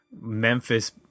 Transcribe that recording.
Memphis